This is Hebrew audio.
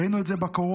ראינו את זה בקורונה,